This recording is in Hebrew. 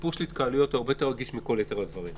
הסיפור של ההתקהלויות הרבה יותר רגיש מכל יתר הדברים,